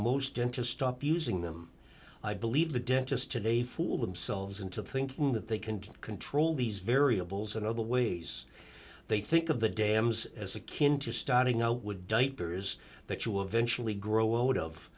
most into stop using them i believe the dentist today fool themselves into thinking that they can control these variables in other ways they think of the dams as a kin to starting out would diapers that you eventually grow out of